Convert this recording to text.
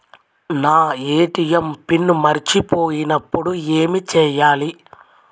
నా ATM PIN మరచిపోయినప్పుడు ఏమి చేయాలి?